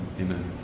Amen